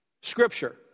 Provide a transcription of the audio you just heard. Scripture